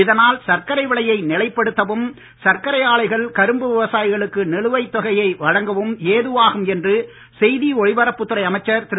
இதனால் சர்க்கரை விலையை நிலைப்படுத்தவும் சர்க்கரை ஆலைகள் கரும்பு விவசாயிகளுக்கான நிலுவைத் தொகையை வழங்கவும் ஏதுவாகும் என்று செய்தி ஒலிபரப்புத் துறை அமைச்சர் திரு